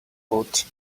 boat